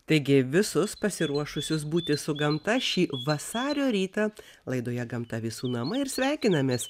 taigi visus pasiruošusius būti su gamta šį vasario rytą laidoje gamta visų namai ir sveikinamės